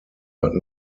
but